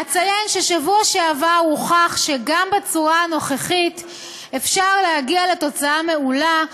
אציין שבשבוע שעבר הוכח שגם בצורה הנוכחית אפשר להגיע לתוצאה מעולה,